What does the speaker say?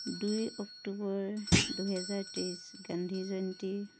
দুই অক্টোবৰ দুহেজাৰ তেইছ গান্ধী জয়ন্তী